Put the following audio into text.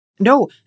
No